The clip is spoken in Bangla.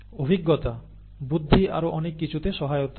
অভিজ্ঞতা বুদ্ধি আরো অনেক কিছুতে সহায়তা করে